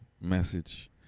message